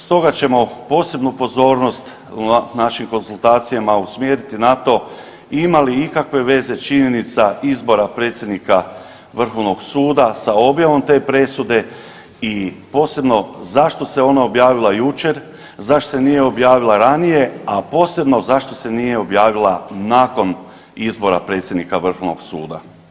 Stoga ćemo posebnu pozornost u našim konzultacijama usmjeriti na to ima li ikakve veze činjenica izbora predsjednika vrhovnog suda sa objavom te presude i posebno, zašto se ona objavila jučer, zašto se nije objavila ranije, a posebno zašto se nije objavila nakon izbora predsjednika vrhovnog suda?